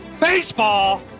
baseball